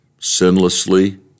sinlessly